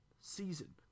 season